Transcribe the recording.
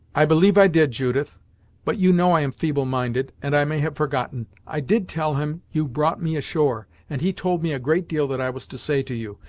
i believe i did, judith but you know i am feeble-minded, and i may have forgotten. i did tell him you brought me ashore. and he told me a great deal that i was to say to you,